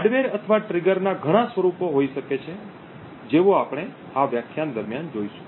hardware અથવા trigger ના ઘણા સ્વરૂપો હોઈ શકે છે જેવું આપણે આ વ્યાખ્યાન દરમિયાન જોઈશું